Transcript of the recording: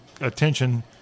attention